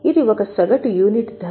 ఇది ఒక సగటు యూనిట్ ధర